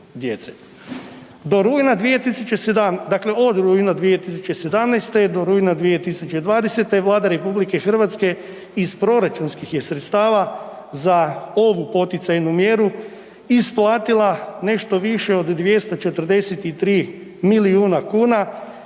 Od rujna 2017. do rujna 2020. Vlada RH iz proračunskih je sredstava za ovu poticajnu mjeru isplatila nešto više od 243 milijuna kuna,